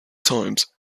times